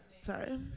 Sorry